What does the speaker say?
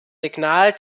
signal